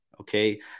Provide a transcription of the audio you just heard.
okay